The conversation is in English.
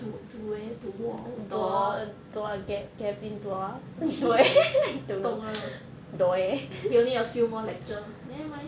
du~ due~ duwow~ dor~ 不懂 lah he only a few more lecture never mind